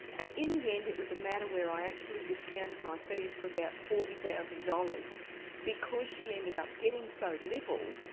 and in the end it was a matter where i actually discounted my fees for about forty thousand dollars because she ended up getting so little,